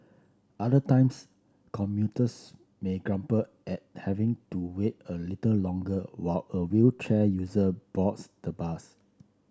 other times commuters may grumble at having to wait a little longer while a wheelchair user boards the bus